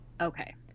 Okay